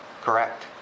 correct